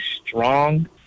strong